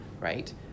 right